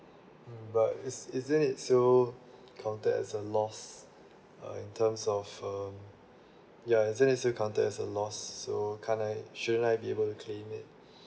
mm but is isn't it still counted as a loss uh in terms of um ya isn't it still counted as loss so can't I shouldn't I be able to claim it